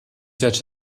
touch